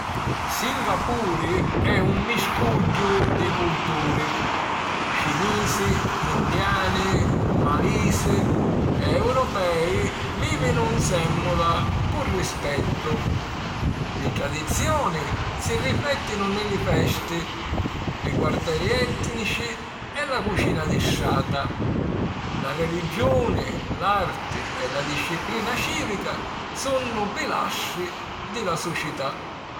Singapuri è un miscugghiu di culturi: cinisi, indiani, malisi e europei vìvinu nsèmmula cu rispettu. Li tradizioni si riflèttinu nni li festi, li quarteri ètnici e la cucina di strata. La religiuni, l’arti e la disciplina cìvica sunnu pilastri di la sucità.